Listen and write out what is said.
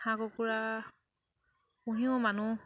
হাঁহ কুকুৰা পুহিও মানুহ